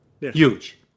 Huge